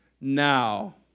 now